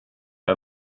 jag